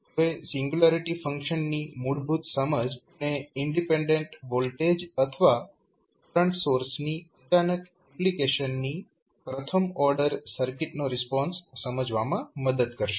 હવે સિંગ્યુલારિટી ફંક્શનની મૂળભૂત સમજ તમને ઈન્ડિપેંડેંટ વોલ્ટેજ અથવા કરંટ સોર્સ ની અચાનક એપ્લિકેશન ની પ્રથમ ઓર્ડર સર્કિટનો રિસ્પોન્સ સમજવામાં મદદ કરશે